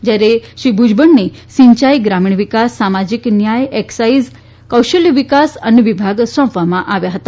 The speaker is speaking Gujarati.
જ્યારે શ્રી ભુજબળને સિંચાઇ ગ્રામીણ વિકાસ સામાજીક ન્યાય એક્સાઇઝ કૌશલ્ય વિકાસ અન્ન વિભાગ સોંપવામાં આવ્યા હતા